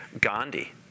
Gandhi